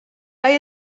bij